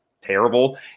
terrible